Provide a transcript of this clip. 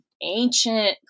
ancient